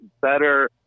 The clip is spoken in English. better